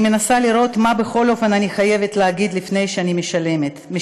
אני מנסה לראות מה בכל אופן אני חייבת להגיד לפני שאני מסיימת.